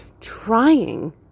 trying